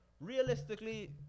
realistically